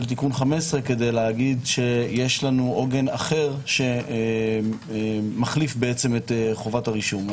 תיקון 15 כדי להגיד שיש לנו עוגן אחר שמחליף את חובת הרישום.